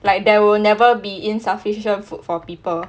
like there will never be insufficient food for people